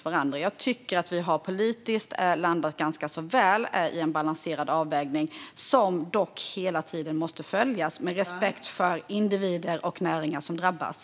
Jag tycker att vi politiskt har landat i en ganska väl balanserad avvägning, som dock hela tiden måste följas, med respekt för individer och näringar som drabbas.